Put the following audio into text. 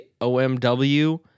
OMW